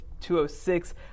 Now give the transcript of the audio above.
206